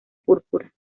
púrpura